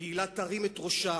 הקהילה תרים את ראשה